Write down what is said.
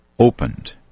Opened